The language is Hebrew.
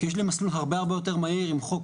כי יש לי מסלול הרבה הרבה יותר מהיר, עם חוק.